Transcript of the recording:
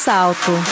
Salto